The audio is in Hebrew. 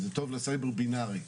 זה טוב לסייבר בינארי,